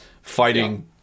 fighting